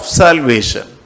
salvation